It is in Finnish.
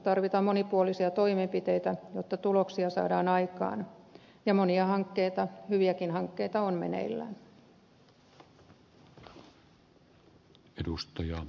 tarvitaan monipuolisia toimenpiteitä jotta tuloksia saadaan aikaan ja monia hankkeita hyviäkin hankkeita on meneillään